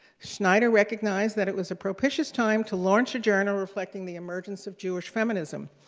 schneider recognized that it was a propitious time to launch a journal reflecting the emergence of jewish feminism.